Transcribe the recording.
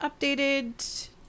updated